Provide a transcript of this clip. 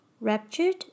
raptured